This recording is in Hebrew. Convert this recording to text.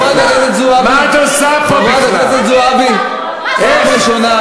חברת הכנסת זועבי, פעם ראשונה.